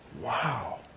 Wow